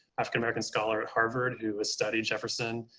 african american scholar at harvard, who has studied jefferson.